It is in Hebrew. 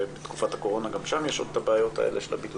בתקופת הקורונה גם שם יש את הבעיות של הבידוד,